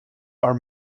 are